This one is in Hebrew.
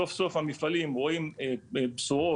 סוף סוף המפעלים רואים בשורות,